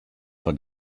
for